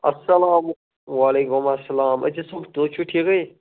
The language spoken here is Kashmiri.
اسلامُ وعلیکُم اسلام اعجاز صٲب تُہۍ چھُو ٹھیٖکھٕے